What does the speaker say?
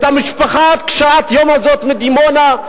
את המשפחה קשת-היום הזאת מדימונה,